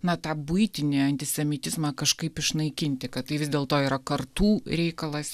na tą buitinį antisemitizmą kažkaip išnaikinti kad tai vis dėlto yra kartų reikalas